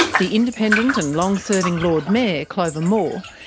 the independent and long-serving lord mayor, clover moore,